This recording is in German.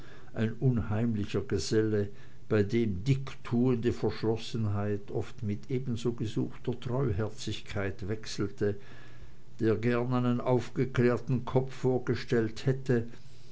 ein unheimlicher geselle bei dem dicktuende verschlossenheit oft mit ebenso gesuchter treuherzigkeit wechselte der gern einen aufgeklärten kopf vorgestellt hätte